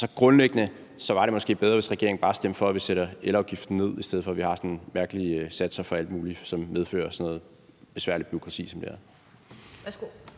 Grundlæggende var det måske bedre, hvis regeringen bare stemte for, at vi sætter elafgiften ned, i stedet for at vi har sådan nogle mærkelige satser for alt muligt, som medfører sådan noget besværligt bureaukrati som det her.